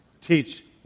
teach